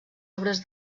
obres